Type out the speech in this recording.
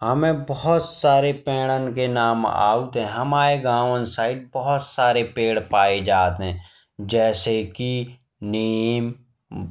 हमें बहुत सारे पौधों के नाम आते हैं। हमारे गाँव साइड बहुत सारे पेड़ पाए जाते हैं। जैसे की नीम,